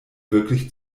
wirklich